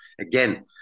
again